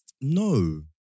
No